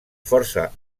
força